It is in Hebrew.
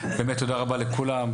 באמת תודה רבה לכולם,